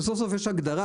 כשסוף סוף יש הגדרה.